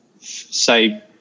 say